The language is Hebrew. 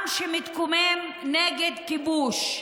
עם שמתקומם נגד כיבוש,